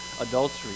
adultery